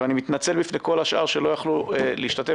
ואני מתנצל בפני כל השאר שלא יכלו להשתתף.